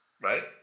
right